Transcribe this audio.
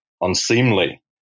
unseemly